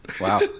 Wow